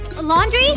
Laundry